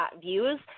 views